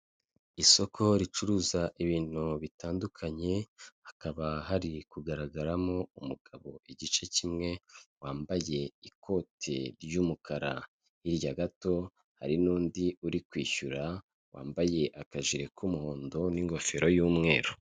Isoko ricuruza ibintu bitandukanye, hakaba hari kugaragaramo umugabo igice kimwe, wambaye ikote ry'umukara, hirya gato hari n'undi uri kwishyura wambaye akajipo k'umuhondo n'ingofero y'umweru.